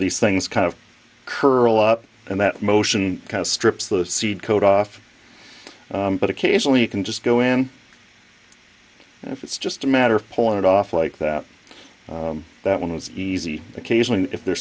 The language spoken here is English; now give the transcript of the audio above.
these things kind of curl up and that motion strips the seed coat off but occasionally you can just go in and if it's just a matter of point it off like that that one is easy occasionally if they're